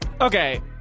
Okay